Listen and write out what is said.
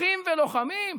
אחים ולוחמים?